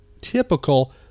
typical